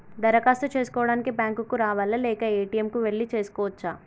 దరఖాస్తు చేసుకోవడానికి బ్యాంక్ కు రావాలా లేక ఏ.టి.ఎమ్ కు వెళ్లి చేసుకోవచ్చా?